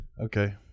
Okay